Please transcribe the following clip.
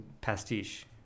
pastiche